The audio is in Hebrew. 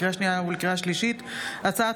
לקריאה שנייה ולקריאה שלישית: הצעת